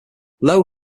low